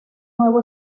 nuevo